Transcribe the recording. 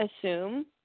assume